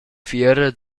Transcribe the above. fiera